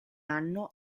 anno